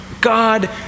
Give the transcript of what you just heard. God